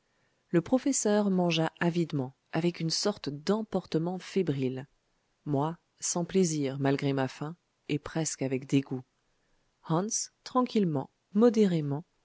le professeur mangea avidement avec une sorte d'emportement fébrile moi sans plaisir malgré ma faim et presque avec dégoût hans tranquillement modérément